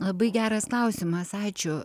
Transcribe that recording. labai geras klausimas ačiū